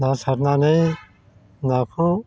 ना सारनानै नाखौ